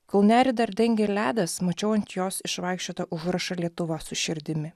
kol nerį dar dengė ledas mačiau ant jos išvaikščiotą užrašą lietuva su širdimi